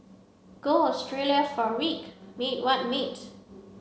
go Australia for a week mate what mate